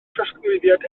trosglwyddiad